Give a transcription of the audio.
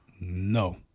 No